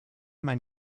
mein